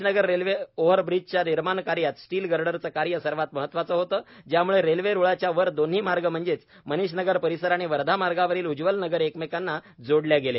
Manish Nagar railway over ब्रिजच्या निर्माण कार्यात स्टील गर्डरचे कार्य सर्वात महत्वाचे होते ज्याम्ळे रेल्वे रुळाच्या वर दोन्ही मार्ग म्हणजे मनीष नगर परिसर आणि वर्धा मार्गवरील उज्जवल नग एकमेकांना जोडल्या गेले